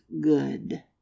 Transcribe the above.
good